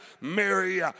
Mary